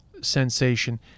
sensation